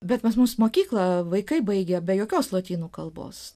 bet pas mus mokyklą vaikai baigė be jokios lotynų kalbos